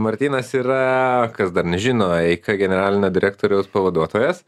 martynas yra kas dar nežino eika generalinio direktoriaus pavaduotojas